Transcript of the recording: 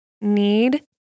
need